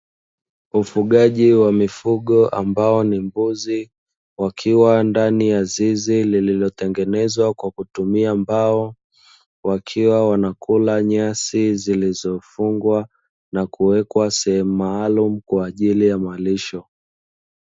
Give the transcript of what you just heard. Ufugaji wa mifugo ambao ni mbuzi wakiwa ndani ya zizi lililotengenezwa kwa kutumia mbao, wakiwa wanakula nyasi zilizofungwa na kuwekwa sehemu maalumu kwa ajili ya malisho.